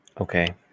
Okay